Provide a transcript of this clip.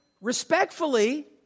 respectfully